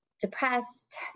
depressed